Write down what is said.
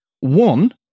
One